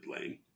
Lane